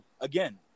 again